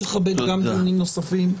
צריך לכבד גם דיונים נוספים.